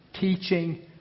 teaching